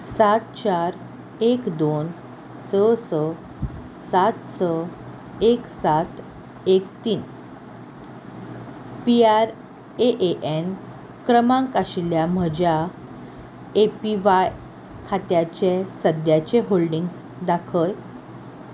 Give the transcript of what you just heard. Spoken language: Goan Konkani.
सात चार एक दोन स स सात स एक सात एक तीन P R A A N क्रमांक आशिल्ल्या म्हज्या ए पी व्हाय खात्याचे सद्याचे होल्डिंग्स दाखय